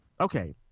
Okay